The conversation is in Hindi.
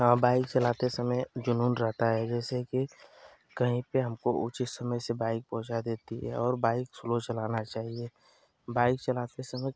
हाँ बाइक चलाते समय जुनून रहता हेे जैसे कि कहीं पर हमको उचित समय से बाइक पहुँचा देती है और बाइक स्लो चलाना चाहिए बाइक चलाते समय